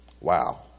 Wow